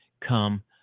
come